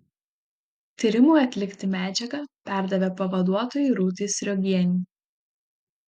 tyrimui atlikti medžiagą perdavė pavaduotojai rūtai sriogienei